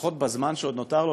לפחות בזמן שעוד נותר לו,